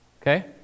Okay